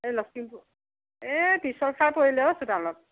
লক্ষীমপুৰ এ পিচল খায় পৰিলে অ' চোতালত